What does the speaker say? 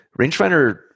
rangefinder